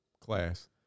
class